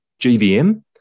GVM